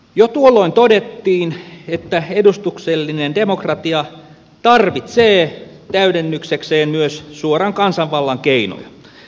jo tuolloin todettiin että edustuksellinen demokratia tarvitsee täydennyksekseen myös suoran kansanvallan keinoja